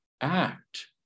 act